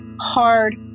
hard